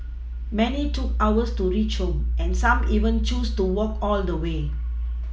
many took hours to reach home and some even chose to walk all the way